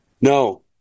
No